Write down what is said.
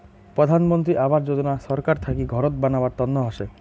প্রধান মন্ত্রী আবাস যোজনা ছরকার থাকি ঘরত বানাবার তন্ন হসে